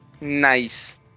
Nice